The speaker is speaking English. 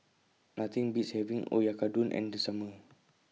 Nothing Beats having Oyakodon in The Summer